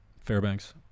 Fairbanks